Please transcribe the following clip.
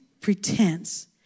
pretense